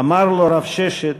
אמר לו רב ששת: